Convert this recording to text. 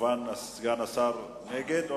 סגן השר נגד.